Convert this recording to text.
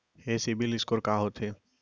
ये CIBIL score का होथे?